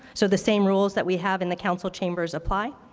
so the same rules that we have in the council chambers apply.